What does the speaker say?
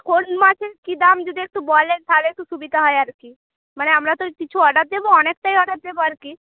কোন মাছের কি দাম যদি একটু বলেন তাহলে একটু সুবিধা হয় আর কি মানে আমরা তো কিছু অর্ডার দেবো অনেকটাই অর্ডার দেবো আর কি